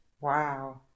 Wow